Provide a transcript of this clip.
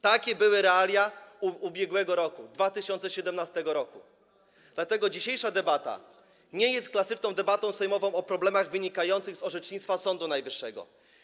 Takie były realia ubiegłego roku, 2017, dlatego dzisiejsza debata nie jest klasyczną debatą sejmową o problemach wynikających z orzecznictwa Sądu Najwyższego.